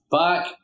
back